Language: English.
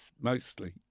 mostly